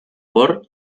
por